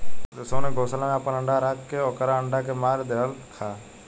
दुश्मन के घोसला में आपन अंडा राख के ओकर अंडा के मार देहलखा